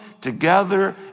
together